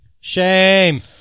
Shame